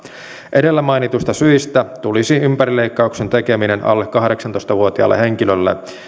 edellä mainituista syistä tulisi ympärileikkauksen tekeminen alle kahdeksantoista vuotiaalle henkilölle